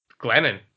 Glennon